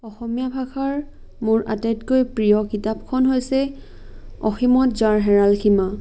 অসমীয়া ভাষাৰ মোৰ আটাইতকৈ প্ৰিয় কিতাপখন হৈছে অসীমত যাৰ হেৰাল সীমা